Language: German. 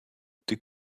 die